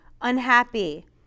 unhappy